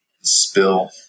spill